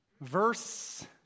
Verse